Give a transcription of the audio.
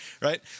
Right